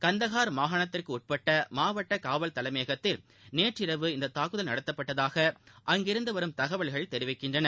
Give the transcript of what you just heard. கந்தஹார் மாகாணத்திற்கு உட்பட்ட மாவட்ட காவல் தலைமையகத்தில் நேற்றிரவு இந்த தாக்குதல் நடத்தப்பட்டதாக அங்கிருந்து வரும் தகவல்கள் தெரிவிக்கின்றன